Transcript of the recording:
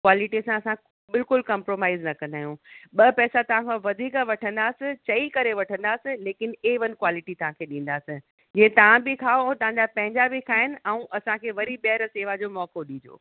quality सां असां बिल्कुलु कंप्रोमाइज़ न कंदा आहियूं ॿ पैसा तव्हां खां वधीक वठंदासीं चई करे वठंदासीं लेकिनि ए वन कॉलिटी तव्हांखे ॾींदासीं जीअं तव्हां बि खाओ ऐं तव्हांजा पंहिंजा बि खाइनि ऐं असांखे वरी ॿींहर सेवा जो मौक़ो ॾिजो